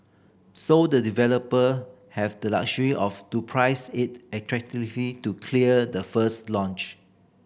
so the developer have the luxury of to price it attractively to clear the first launch